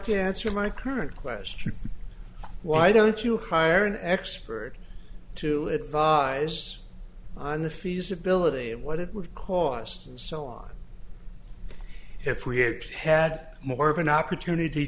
cancer my current question why don't you hire an expert to advise on the feasibility of what it would cost and so on if we had had more of an opportunity